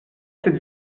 cette